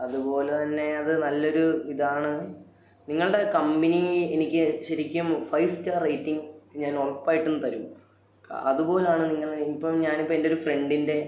അതുപോലെ തന്നെ അത് നല്ലൊരു ഇതാണ് നിങ്ങളുടെ കമ്പനി എനിക്ക് ശരിക്കും ഫൈവ് സ്റ്റാർ റേറ്റിംഗ് ഞാൻ ഉറപ്പായിട്ടും തരും അതുപോലാണ് നിങ്ങള് ഇപ്പം ഞാനിപ്പോൾ എൻ്റെ ഒരു ഫ്രണ്ടിൻ്റെ